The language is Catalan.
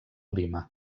lima